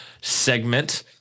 segment